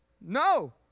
No